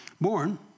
born